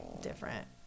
different